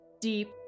deep